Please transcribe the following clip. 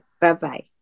Bye-bye